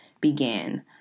began